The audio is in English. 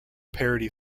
parody